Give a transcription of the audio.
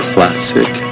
Classic